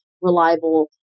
reliable